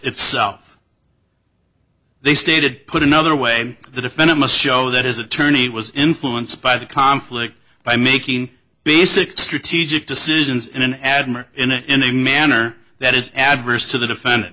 itself they stated put another way the defendant must show that his attorney was influenced by the conflict by making basic strategic decisions in an admirer in a manner that is adverse to the defend